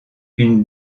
une